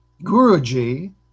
Guruji